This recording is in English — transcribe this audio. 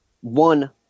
one